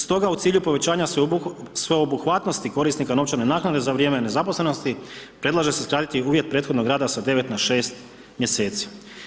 Stoga u cilju povećanja sveobuhvatnosti korisnika novčane naknade za vrijeme nezaposlenosti predlaže se skratiti uvjet prethodnog rada sa 9 na 6 mjeseci.